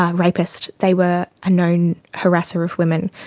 ah rapist, they were a known harasser of women,